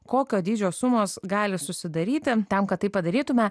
kokio dydžio sumos gali susidaryti tam kad tai padarytume